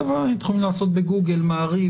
אתם יכולים לעשות בגוגל "מעריב",